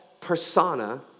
persona